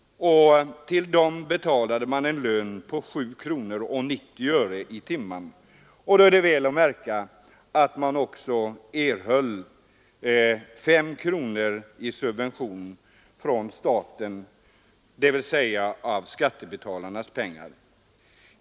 Till dessa betalades en lön på 7:90 i timmen. Då är att märka att företaget erhöll 5 kronor i subvention från staten, dvs. av skattebetalarnas pengar.